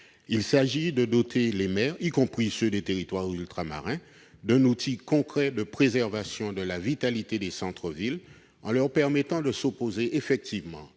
Il s'agit de doter les maires, y compris ceux des territoires ultramarins, d'un outil concret de préservation de la vitalité des centres-villes, en leur permettant de s'opposer effectivement,